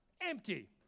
Empty